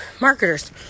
marketers